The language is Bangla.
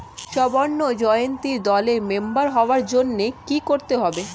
স্বর্ণ জয়ন্তী দলের মেম্বার হওয়ার জন্য কি করতে হবে?